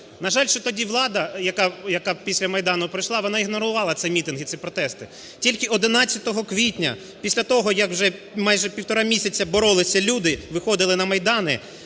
На жаль, влада, яка тоді після Майдану прийшла, вона ігнорувала ці мітинги, ці протести. Тільки 11 квітня, після того як вже майже півтора місяці боролися люди, виходили на майдани,